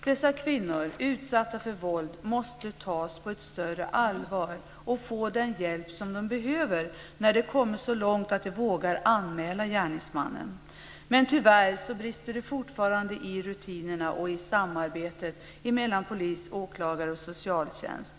Dessa kvinnor som är utsatta för våld måste tas på större allvar och få den hjälp som de behöver när de har kommit så långt att de vågar anmäla gärningsmannen. Tyvärr brister det fortfarande i rutinerna och i samarbetet mellan polis, åklagare och socialtjänst.